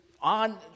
on